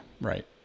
right